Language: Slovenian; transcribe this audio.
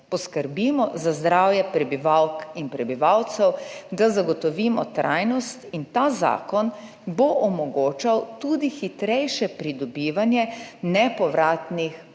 poskrbimo za zdravje prebivalk in prebivalcev, da zagotovimo trajnost. Ta zakon bo omogočal tudi hitrejše pridobivanje nepovratnih